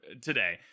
today